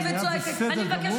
לא, לא.